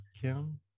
Kim